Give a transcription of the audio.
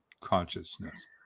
consciousness